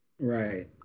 Right